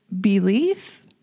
belief